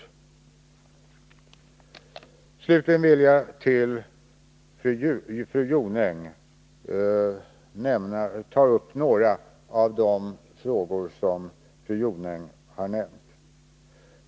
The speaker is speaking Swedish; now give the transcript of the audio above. Slutligen vill jag ta upp några av de frågor som fru Jonäng nämnde.